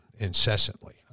incessantly